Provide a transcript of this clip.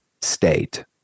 state